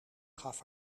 gaf